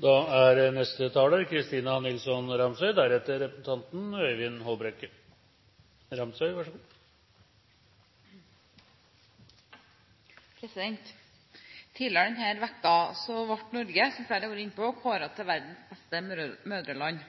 Tidligere denne uken ble Norge, som flere har vært inne på, kåret til verdens beste mødreland.